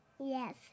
Yes